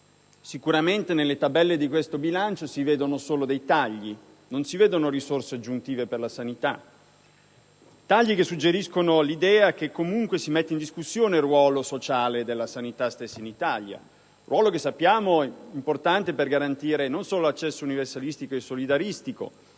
Sicuramente nelle tabelle di questo bilancio si vedono solo dei tagli, ma non si vedono risorse aggiuntive per la sanità. Tagli che suggeriscono l'idea che comunque si mette in discussione il ruolo sociale della sanità stessa in Italia; ruolo che sappiamo importante per garantire non solo l'accesso universalistico e solidaristico,